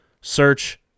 Search